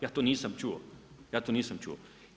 Ja to nisam čuo, ja to nisam čuo.